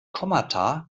kommata